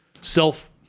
self-